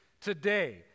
today